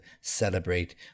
celebrate